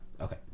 Okay